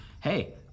hey